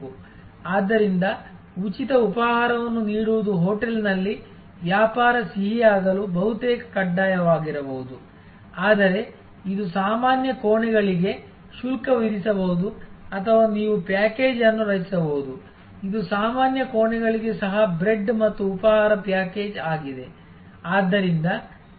ಆದ್ದರಿಂದ ಉಚಿತ ಉಪಾಹಾರವನ್ನು ನೀಡುವುದು ಹೋಟೆಲ್ನಲ್ಲಿ ವ್ಯಾಪಾರ ಸಿಹಿಯಾಗಲು ಬಹುತೇಕ ಕಡ್ಡಾಯವಾಗಿರಬಹುದು ಆದರೆ ಇದು ಸಾಮಾನ್ಯ ಕೋಣೆಗಳಿಗೆ ಶುಲ್ಕ ವಿಧಿಸಬಹುದು ಅಥವಾ ನೀವು ಪ್ಯಾಕೇಜ್ ಅನ್ನು ರಚಿಸಬಹುದು ಇದು ಸಾಮಾನ್ಯ ಕೋಣೆಗಳಿಗೆ ಸಹ ಬ್ರೆಡ್ ಮತ್ತು ಉಪಾಹಾರ ಪ್ಯಾಕೇಜ್ ಆಗಿದೆ